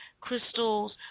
crystals